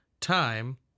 time